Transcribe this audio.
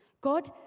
god